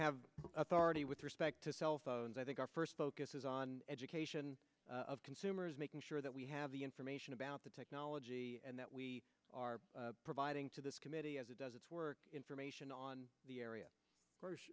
have authority with respect to cell phones i think our first focus is on education of consumers making sure that we have the information about the technology and that we are providing to this committee as it does its work information on the area